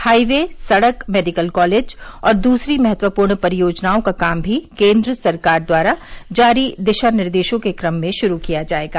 highway सड़क medical college और दूसरी महत्वपूर्ण परियोजनाओं का काम भी केन्द्र सरकार द्वारा जारी दिशा निर्देशों के क्रम में शुरू किया जाएगा